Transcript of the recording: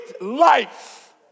life